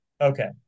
Okay